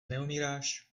neumíráš